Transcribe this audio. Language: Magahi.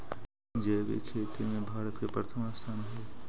जैविक खेती में भारत के प्रथम स्थान हई